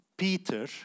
Peter